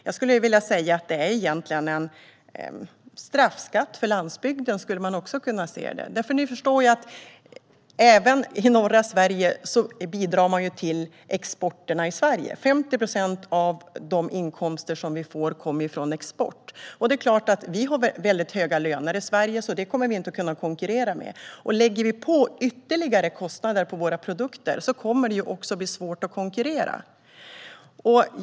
Man kan också se det som en straffskatt för landsbygden. Även norra Sverige bidrar till Sveriges exporter. 50 procent av de inkomster vi får kommer från export. Vi har höga löner i Sverige och kommer alltså inte att kunna konkurrera med det. Om ytterligare kostnader läggs på våra produkter kommer det att bli svårt att konkurrera.